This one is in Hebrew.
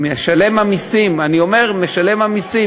משלם המסים, אני אומר: משלם המסים.